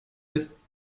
ist